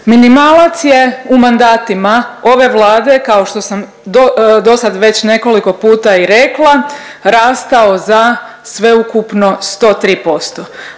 Minimalac je u mandatima ove Vlade kao što sam dosad već nekoliko puta i rekla rastao za sveukupno 103%,